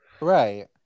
right